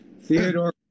Theodore